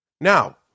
Now